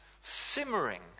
simmering